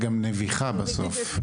נביחה בסוף,